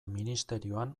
ministerioan